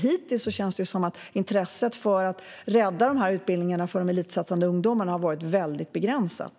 Hittills känns det som att intresset för att rädda dessa utbildningar för elitsatsande ungdomar har varit väldigt begränsat.